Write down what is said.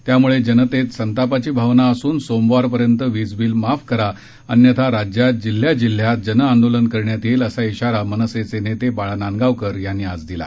त्याम्ळे जनतेत संतापाची भावना असून सोमवारपर्यंत बील माफ करा अन्यथा राज्यात जिल्ह्यात जनआंदोलन करण्यात येईल असा इशारा मनसेचे नेते बाळा नांदगावकर यांनी आज दिला